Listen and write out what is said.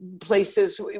places